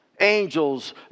angels